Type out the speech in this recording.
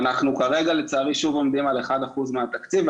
אנחנו כרגע לצערי שוב עומדים על 1 אחוז מהתקציב.